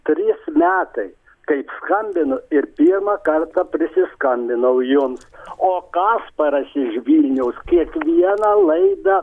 trys metai kaip skambinu ir pirmą kartą prisiskambinau jums o kasparas iš vilniaus kiekvieną laidą